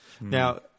Now